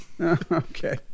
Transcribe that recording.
Okay